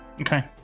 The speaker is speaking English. Okay